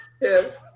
Yes